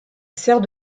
sert